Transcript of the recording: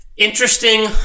Interesting